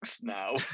now